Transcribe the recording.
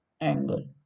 angle